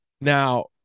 Now